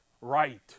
Right